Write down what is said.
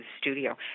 studio